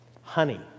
Honey